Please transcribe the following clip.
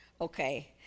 okay